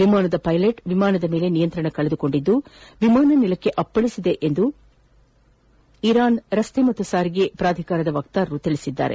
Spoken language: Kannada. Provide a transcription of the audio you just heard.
ವಿಮಾನದ ಪೈಲೆಟ್ ವಿಮಾನದ ಮೇಲೆ ನಿಯಂತ್ರಣ ಕಳೆದುಕೊಂಡಿದ್ದು ವಿಮಾನ ನೆಲಕ್ಕೆ ಅಪ್ಪಳಿಸಿದೆ ಎಂದು ಇರಾನ್ ರಸ್ತೆ ಮತ್ತು ಸಾರಿಗೆ ಪ್ರಾಧಿಕಾರದ ವಕ್ತಾರೊಬ್ಬರು ತಿಳಿಸಿದ್ದಾರೆ